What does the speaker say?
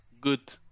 good